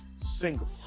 single